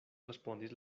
respondis